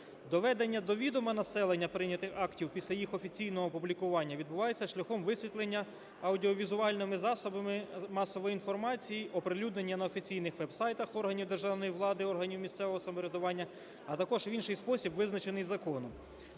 Доведення до відома населення прийнятих актів після їх офіційного опублікування відбувається шляхом висвітлення аудіовізуальними засобами масової інформації оприлюднення на офіційних веб-сайтах органів державної влади і органів місцевого самоврядування, а також в інший спосіб визначений законом.